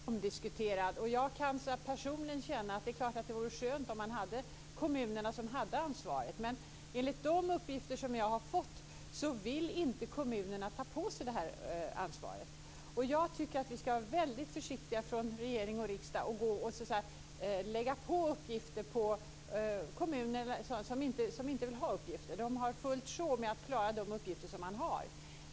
Fru talman! Frågan om vem som skall ha ansvar för begravningsplatserna är väldigt omdiskuterad. Jag kan personligen känna att det vore skönt om kommunerna hade ansvaret. Men enligt de uppgifter som jag har fått vill inte kommunerna ta på sig detta ansvar. Jag tycker att regering och riksdag skall vara väldigt försiktiga med att lägga på kommunerna uppgifter som de inte vill ha. De har fullt sjå med att klara de uppgifter som de har.